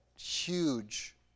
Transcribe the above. huge